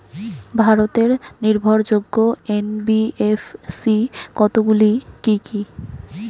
ভারতের নির্ভরযোগ্য এন.বি.এফ.সি কতগুলি কি কি?